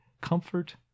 comfort